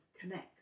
connect